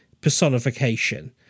personification